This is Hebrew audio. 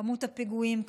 כמות הפיגועים,